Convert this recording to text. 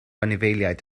anifeiliaid